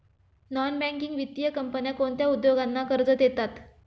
Non banking वित्तीय कंपन्या कोणत्या उद्योगांना कर्ज देतात?